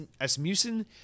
Asmussen